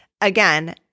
Again